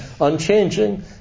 unchanging